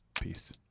Peace